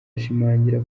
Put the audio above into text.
ashimangira